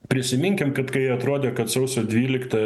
prisiminkim kad kai atrodė kad sausio dvylikta